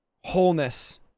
wholeness